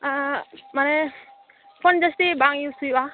ᱢᱟᱱᱮ ᱯᱷᱳᱱ ᱡᱟᱹᱥᱛᱤ ᱵᱟᱝ ᱤᱭᱩᱥ ᱦᱩᱭᱩᱜᱼᱟ